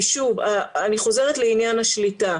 שוב, אני חוזרת לעניין השליטה.